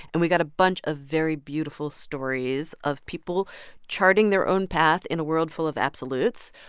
and we got a bunch of very beautiful stories of people charting their own path in a world full of absolutes.